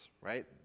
right